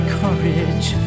courage